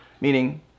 meaning